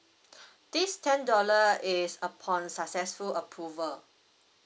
this ten dollar is upon successful approval